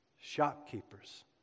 shopkeepers